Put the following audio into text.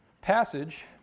passage